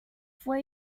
fue